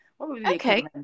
okay